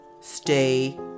stay